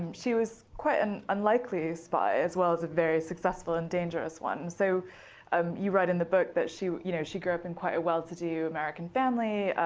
and she was quite an unlikely spy as well as a very successful and dangerous one. so um you write in the book that she you know she grew up in quite a well-to-do american family.